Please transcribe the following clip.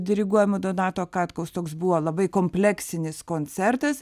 diriguojamu donato katkaus toks buvo labai kompleksinis koncertas